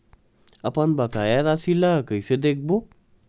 अपन बकाया राशि ला कइसे देखबो?